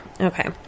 Okay